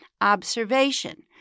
observation